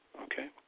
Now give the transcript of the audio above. okay